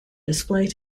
display